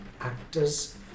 actors